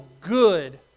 good